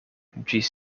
ĝis